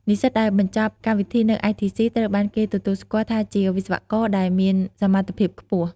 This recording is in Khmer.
និស្សិតដែលបញ្ចប់កម្មវិធីនៅITC ត្រូវបានគេទទួលស្គាល់ថាជាវិស្វករដែលមានសមត្ថភាពខ្ពស់។